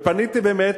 פניתי, באמת,